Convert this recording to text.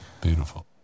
beautiful